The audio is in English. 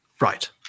Right